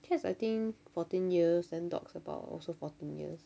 cats I think fourteen years then dogs about also fourteen years